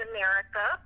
America